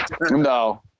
No